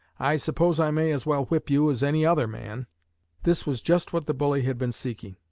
i suppose i may as well whip you as any other man this was just what the bully had been seeking,